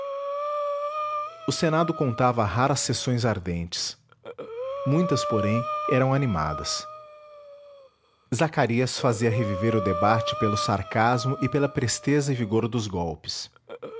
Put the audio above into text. o senado contava raras sessões ardentes muitas porém eram animadas zacarias fazia reviver o debate pelo sarcasmo e pela presteza e vigor dos golpes